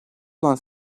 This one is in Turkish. olan